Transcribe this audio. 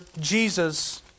Jesus